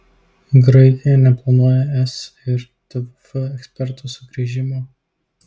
graikija neplanuoja es ir tvf ekspertų sugrįžimo